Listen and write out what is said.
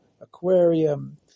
aquarium